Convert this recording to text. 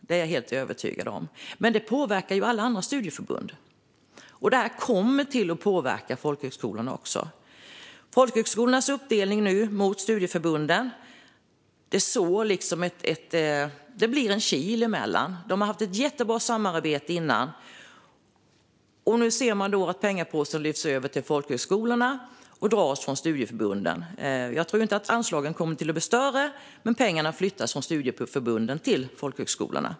Det är jag helt övertygad om. Men det påverkar alla andra studieförbund. Det kommer också att påverka folkhögskolorna. Folkhögskolornas uppdelning mot studieförbunden gör att det blir en kil emellan. De har haft ett jättebra samarbete innan. Nu ser man att pengapåsen lyfts över till folkhögskolorna och dras från studieförbunden. Jag tror inte att anslagen kommer att bli större. Men pengarna flyttas från studieförbunden till folkhögskolorna.